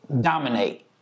dominate